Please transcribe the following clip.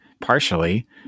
partially